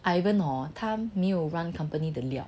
ivan hor 他没有 run company 的料